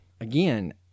again